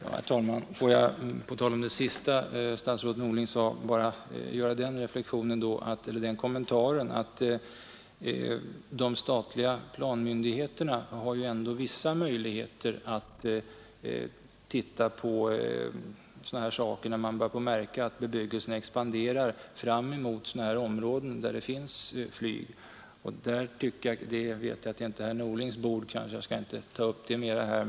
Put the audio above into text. Herr talman! Får jag på tal om det senaste som statsrådet Norling sade bara gör den kommentaren, att de statliga planmyndigheterna ändå har vissa möjligheter att titta på sådana här saker, när man börjar märka att bebyggelsen expanderar fram mot områden där det finns flyg. Jag vet att det inte är herr Norlings bord, och jag skall inte ta upp det mera här.